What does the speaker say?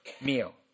meal